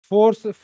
Force